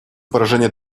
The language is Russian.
поражения